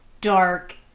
dark